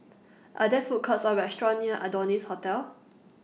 Are There Food Courts Or restaurants near Adonis Hotel